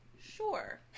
Sure